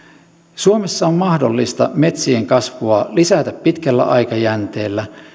suomessa on mahdollista metsien kasvua lisätä pitkällä aikajänteellä